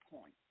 point